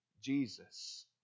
Jesus